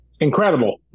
Incredible